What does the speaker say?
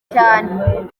cyane